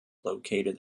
located